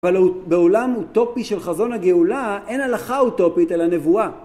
אבל בעולם אוטופי של חזון הגאולה אין הלכה אוטופית אלא נבואה.